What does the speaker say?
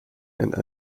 and